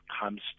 comes